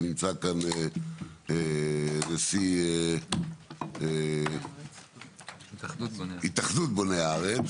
ונמצא כאן נשיא התאחדות בוני הארץ.